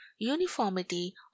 uniformity